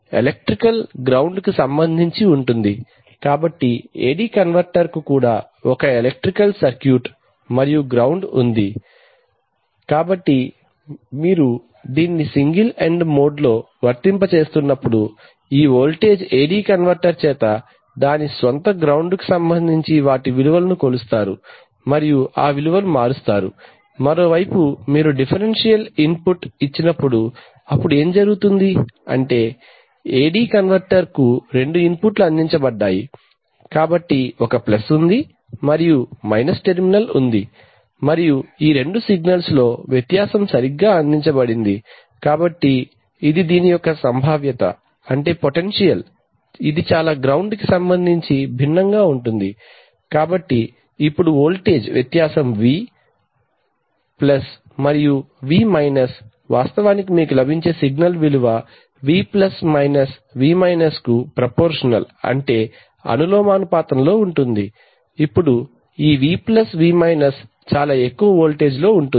electrical గ్రౌండ్కు సంబంధించి ఉంటుంది కాబట్టి AD కన్వర్టర్ కు కూడా ఒక ఎలక్ట్రికల్ సర్క్యూట్ మరియు గ్రౌండ్ ఉంది కాబట్టి మీరు దీన్ని సింగిల్ ఎండ్ మోడ్లో వర్తింపజేస్తున్నప్పుడు ఈ వోల్టేజ్ AD కన్వర్టర్ చేత దాని స్వంత గ్రౌండ్ కు సంబంధించి వాటి విలువను కొలుస్తారు మరియు ఆ విలువను మారుస్తారు మరోవైపు మీరు డిఫ్ఫెరెన్షియల్ అవకలన ఇన్పుట్ ఇచ్చినప్పుడు అప్పుడు ఏమి జరుగుతుంది అంటే AD కన్వర్టర్ కు రెండు ఇన్పుట్లు అందించబడ్డాయి కాబట్టి ఒక ప్లస్ ఉంది మరియు మైనస్ టెర్మినల్ ఉంది మరియు ఈ రెండు సిగ్నల్స్ లో వ్యత్యాసం సరిగ్గా అందించబడింది కాబట్టి ఇది దీని యొక్క సంభావ్యత చాలా గ్రౌండ్ కి సంబంధించి భిన్నంగా ఉంటుంది కాబట్టి ఇప్పుడు వోల్టేజ్ వ్యత్యాసం V ప్లస్ మరియు V మైనస్ వాస్తవానికి మీకు లభించే సిగ్నల్ విలువ V ప్లస్ మైనస్ V మైనస్కు ప్రపోర్షనల్ అంటే అనులోమానుపాతంలో ఉంటుంది ఇప్పుడు ఈ v ప్లస్ v మైనస్ చాలా ఎక్కువ వోల్టేజ్ లో ఉంటుంది